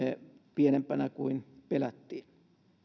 pienempänä kuin pelättiin